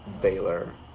Baylor